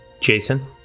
Jason